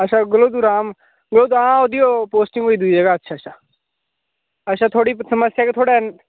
अच्छा गलोदु राम हां ओह्दी पोस्टिंग होई गेदी अच्छा अच्छा अच्छा थुआढ़ी समस्या केह् थुआढ़ा